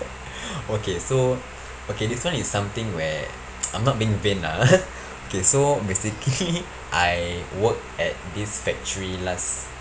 okay so okay this one is something were I'm not being vain lah ah okay so basically I worked at this factory last